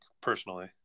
personally